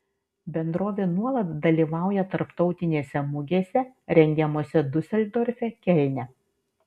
bendrovė nuolat dalyvauja tarptautinėse mugėse rengiamose diuseldorfe kelne